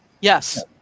Yes